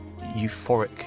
euphoric